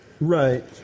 right